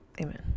Amen